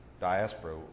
diaspora